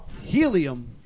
Helium